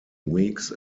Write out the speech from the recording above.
weeks